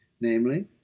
Namely